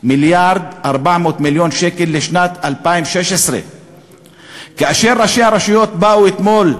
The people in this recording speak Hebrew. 1.4 מיליארד שקל לשנת 2016. ראשי הרשויות באו אתמול,